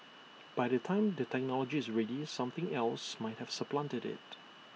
by the time the technology is ready something else might have supplanted IT